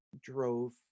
drove